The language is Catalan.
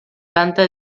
canta